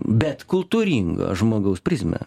bet kultūringo žmogaus prizmę